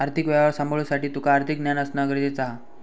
आर्थिक व्यवहार सांभाळुसाठी तुका आर्थिक ज्ञान असणा गरजेचा हा